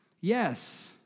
Yes